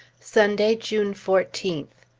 sunday, june fourteenth.